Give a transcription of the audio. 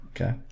Okay